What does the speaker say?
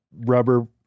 rubber